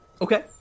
Okay